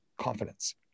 confidence